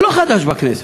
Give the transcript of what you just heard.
זה לא חדש בכנסת,